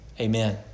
Amen